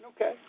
Okay